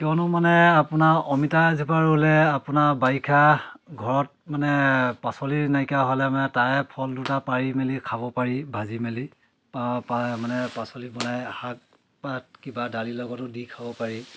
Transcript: কিয়নো মানে আপোনাৰ অমিতা এজোপা ৰুলে আপোনাৰ বাৰিষা ঘৰত মানে পাচলি নাইকিয়া হ'লে মানে তাৰে ফল দুটা পাৰি মেলি খাব পাৰি ভাজি মেলি পা মানে পাচলি মানে শাক পাত কিবা দালিৰ লগতো দি খাব পাৰি